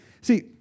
See